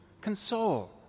Console